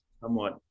somewhat